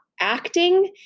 acting